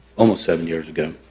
almost seven years ago.